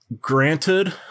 Granted